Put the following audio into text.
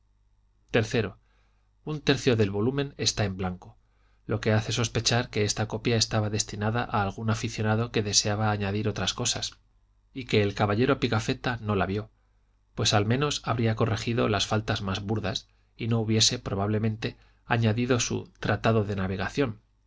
un tercio del volumen está en blanco lo que hace sospechar que esta copia estaba destinada a algún aficionado que deseaba añadir otras cosas y que el caballero pigafetta no la vio pues al menos habría corregido las faltas más burdas y no hubiese probablemente añadido su tratado de navegación